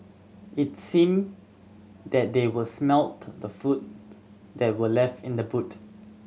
it seemed that they were smelt the food that were left in the boot